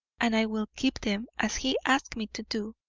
and i will keep them as he asked me to do,